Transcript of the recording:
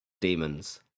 demons